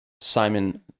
Simon